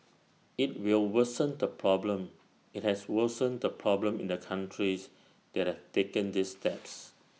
IT will worsen the problem IT has worsened the problem in the countries that have taken these steps